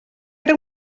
era